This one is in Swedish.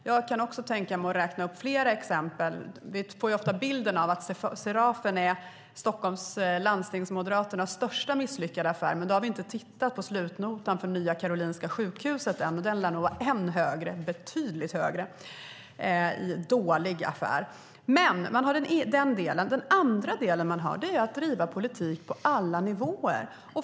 Jag kan tänka mig att räkna upp fler exempel. Vi har ju ofta bilden att Serafen är Stockholms landstingsmoderaters största misslyckade affär, men då har vi ännu inte sett slutnotan för nya Karolinska Sjukhuset. Den lär nog bli ännu högre, betydligt högre, alltså en dålig affär. De andra är att bedriva politik på alla nivåer.